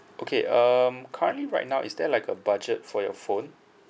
okay um currently right now is there like a budget for your phone